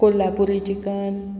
Kolhapuri chicken